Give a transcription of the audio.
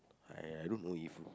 I I don't know if you